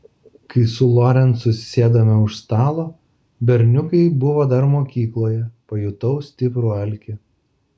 kai su lorencu atsisėdome už stalo berniukai buvo dar mokykloje pajutau stiprų alkį